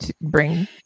Bring